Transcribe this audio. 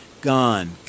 gone